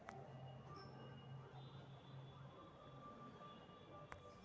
चाय पीये से थकान दूर होबा हई